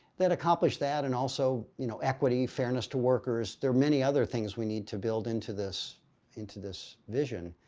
that accomplish that and also you know equity, fairness to workers. there are many other things we need to build into this into this vision.